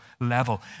level